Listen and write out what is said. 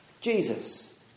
Jesus